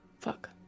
fuck